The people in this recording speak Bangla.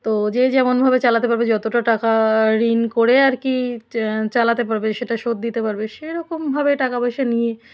তো যে যেমন ভাবে চালাতে পারবে যতটা টাকা ঋণ করে আর কি চা চালাতে পারবে সেটা শোধ দিতে পারবে সেরকম ভাবে টাকা পয়সা নিয়ে